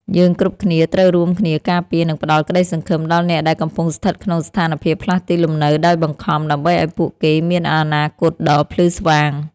យើងគ្រប់គ្នាត្រូវរួមគ្នាការពារ និងផ្តល់ក្តីសង្ឃឹមដល់អ្នកដែលកំពុងស្ថិតក្នុងស្ថានភាពផ្លាស់ទីលំនៅដោយបង្ខំ ដើម្បីឱ្យពួកគេមានអនាគតដ៏ភ្លឺស្វាង។